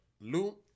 Lou